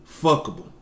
fuckable